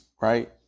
right